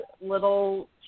little